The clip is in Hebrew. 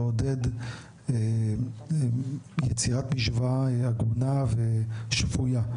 לעודד יצירת משוואה הגונה ושפויה.